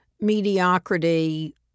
mediocrity